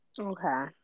Okay